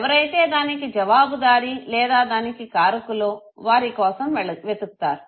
ఎవరైతే దానికి జవాబుదారీ లేదా దానికి కారకులో వారి కోసం వెతుకుతారు